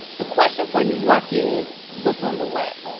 the question for new york is, what's on the way?